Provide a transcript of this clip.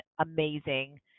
amazing